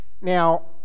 Now